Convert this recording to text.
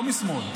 לא משמאל.